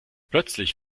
plötzlich